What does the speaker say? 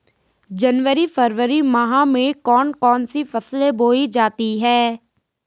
जनवरी फरवरी माह में कौन कौन सी फसलें बोई जाती हैं?